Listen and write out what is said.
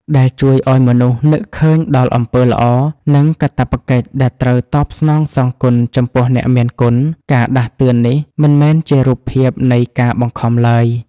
ដែលជួយឱ្យមនុស្សនឹកឃើញដល់អំពើល្អ និងកាតព្វកិច្ចដែលត្រូវតបស្នងសងគុណចំពោះអ្នកមានគុណ។ ការដាស់តឿននេះមិនមែនជារូបភាពនៃការបង្ខំឡើយ